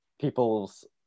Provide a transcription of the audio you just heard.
people's